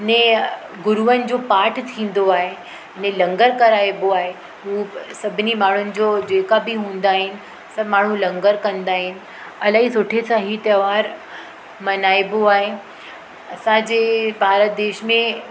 ने गुरूअनि जो पाठु थींदो आहे ने लंगर कराइबो आहे हू सभिनी माण्हुनि जो जेका बि हूंदा आहिनि सभु माण्हू लंगर कंदा आहिनि इलाही सुठे सां हीअ त्योहारु मल्हाएबो आहे असांजे भारत देश में